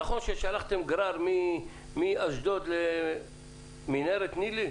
נכון ששלחתם גרר מאשדוד למנהרת נילי?